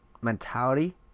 mentality